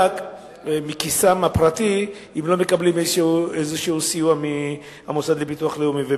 לנזקק מכיסן הפרטי אם לא מקבלים איזה סיוע מהמוסד לביטוח לאומי.